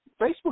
Facebook